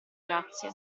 grazie